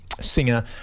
singer